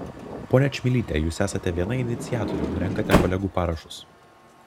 ponia čmilyte jūs esate viena iniciatorių renkate kolegų parašus